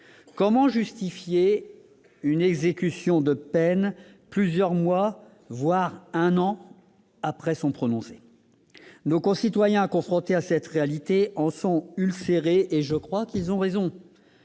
Comment justifier une exécution des peines plusieurs mois, voire un an après leur prononcé ? Nos concitoyens, confrontés à cette réalité, en sont ulcérés et ils ont raison.